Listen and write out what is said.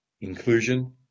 inclusion